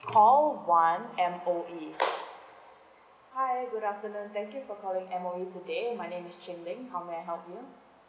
call one M_O_E hi good afternoon thank you for calling M_O_E today my name is chin ling how may I help you